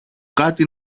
κάτι